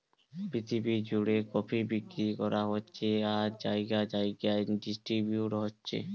পৃথিবী জুড়ে কফি বিক্রি করা হচ্ছে আর জাগায় জাগায় ডিস্ট্রিবিউট হচ্ছে